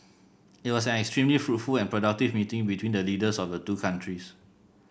it was an extremely fruitful and productive meeting between the leaders of the two countries